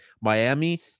Miami